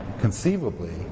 Conceivably